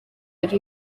ari